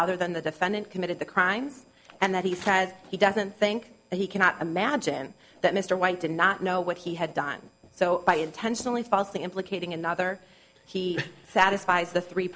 other than the defendant committed the crime and that he says he doesn't think that he cannot imagine that mr white did not know what he had done so by intentionally falsely implicating another he satisfies the three